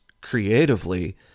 creatively